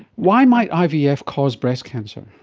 why might ivf yeah ivf cause breast cancer?